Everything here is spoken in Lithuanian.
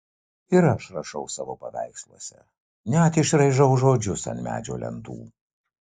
ir aš rašau savo paveiksluose net išraižau žodžius ant medžio lentų